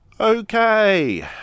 Okay